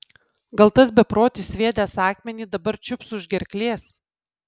gal tas beprotis sviedęs akmenį dabar čiups už gerklės